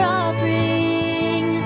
offering